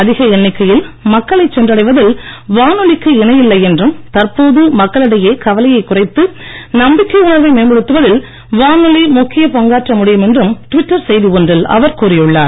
அதிக எண்ணிக்கையில் மக்களை சென்றடைவதில் வானொலிக்கு இணையில்லை என்றும் தற்போது மக்களிடையே கவலையைக் குறைத்து நம்பிக்கை உணர்வை மேம்படுத்துவதில் வானொலி முக்கியப் பங்காற்ற முடியும் என்றும் ட்விட்டர் செய்தி ஒன்றில் அவர் கூறியுள்ளார்